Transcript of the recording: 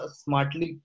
smartly